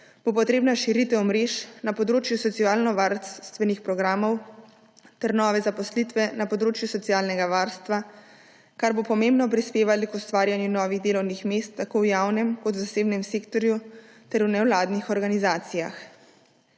bo potrebna širitev mrež na področju socialnovarstvenih programov ter nove zaposlitve na področju socialnega varstva, kar bo pomembno prispevalo k ustvarjanju novih delovnih mest tako v javnem kot v zasebnem sektorju ter v nevladnih organizacijah.